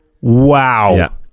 Wow